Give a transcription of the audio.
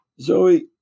zoe